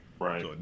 Right